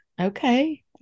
Okay